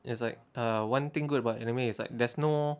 it's like err one thing good about anime is like there's no